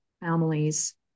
families